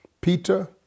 Peter